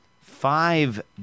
five